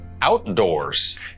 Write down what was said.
outdoors